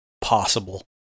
possible